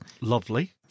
Lovely